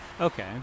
Okay